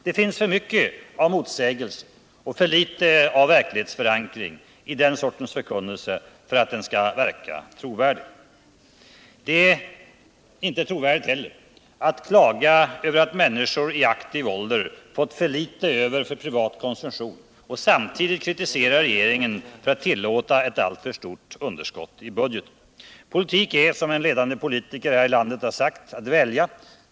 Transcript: Det finns för mycket av motsägelse och för litet av verklighetsförankring i den sortens förkunnelse för att den skall verka trovärdig. Det är inte heller trovärdigt att klaga över att människor i aktiv ålder fått för litet över för privat konsumtion och samtidigt kritisera regeringen för att tillåta ett alltför stort underskott i budgeten. Politik är, som en ledande politiker i det här landet har sagt, att välja.